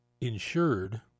insured